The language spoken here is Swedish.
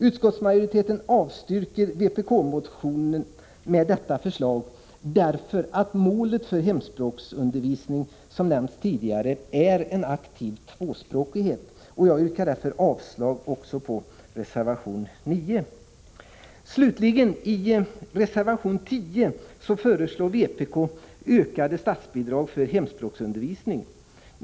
Utskottsmajoriteten avstyrker vpk-motionen med detta förslag, därför att målet för hemspråksundervisningen som nämnts är en aktiv tvåspråkighet. Jag yrkar avslag på reservation nr 9. Slutligen: I reservation nr 10 föreslår vpk ökade statsbidrag för hemspråksundervisningen.